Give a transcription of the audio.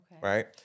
Right